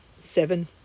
seven